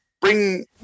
bring